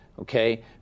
okay